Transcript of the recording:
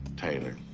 taylor,